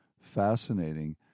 fascinating